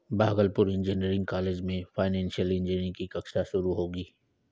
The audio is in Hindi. भागलपुर इंजीनियरिंग कॉलेज में फाइनेंशियल इंजीनियरिंग की कक्षा शुरू होगी